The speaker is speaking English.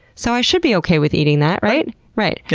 so i should be ok with eating that right? right. yeah